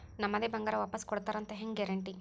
ನಮ್ಮದೇ ಬಂಗಾರ ವಾಪಸ್ ಕೊಡ್ತಾರಂತ ಹೆಂಗ್ ಗ್ಯಾರಂಟಿ?